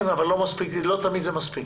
כן, אבל לא תמיד זה מספיק.